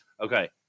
okay